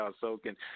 soaking